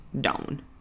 down